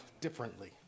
differently